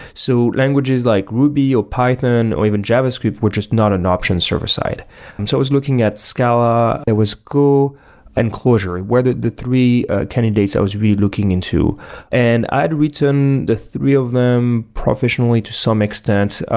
so languages like ruby, or python, or even javascript were just not an option server-side. i and so was looking at scala, it was go and clojure were the the three candidates i was really looking into and i'd written the three of them professionally to some extent,